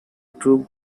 group